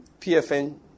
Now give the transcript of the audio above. PFN